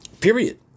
Period